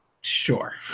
Sure